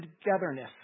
togetherness